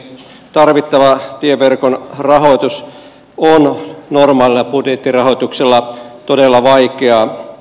tarvittava tieverkon rahoitus on normaalilla budjettirahoituksella todella vaikeaa